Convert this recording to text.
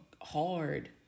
hard